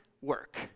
work